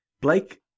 Blake